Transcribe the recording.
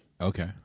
Okay